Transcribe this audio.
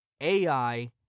AI